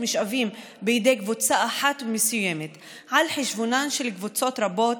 משאבים בידי קבוצה אחת מסוימת על חשבונן של קבוצות רבות,